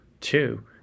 Two